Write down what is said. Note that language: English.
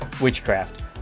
witchcraft